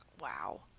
Wow